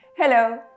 Hello